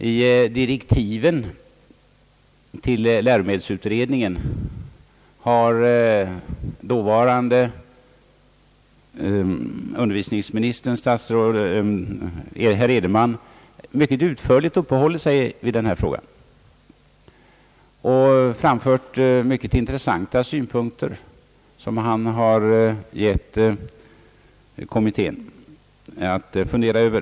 I direktiven till läromedelsutredningen har dåvarande undervisningsministern herr Edenman mycket utförligt uppehållit sig vid denna fråga och framfört mycket intressanta synpunkter som han har gett kommittén att fundera över.